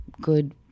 good